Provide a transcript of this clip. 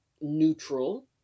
neutral